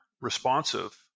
responsive